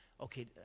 okay